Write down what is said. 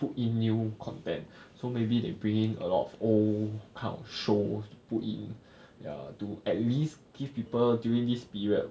put in new content so maybe they bring a lot of old kind of shows put in ya to at least give people during this period